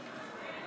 48 חברי כנסת נגד.